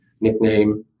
nickname